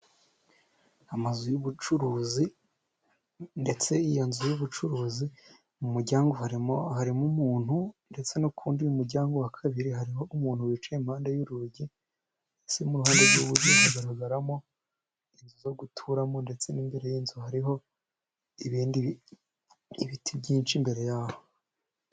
Amazu y'ubucuruzi, ndetse iyo nzu y'ubucuruzi mu muryangongu harimo harimo umuntu, ndetse no ku wundi muryango wa kabiri hariho umuntu wicaye impande y'urugi, ndetse no mu ruhande rw'iburyo hagaragaramo inzu zo guturamo, ndetse n'imbere y'inzu hariho ibindi ibiti byinshi imbere yaho.